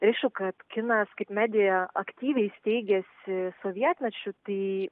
aišku kad kinas kaip medija aktyviai steigėsi sovietmečiu tai